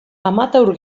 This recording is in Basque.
amateur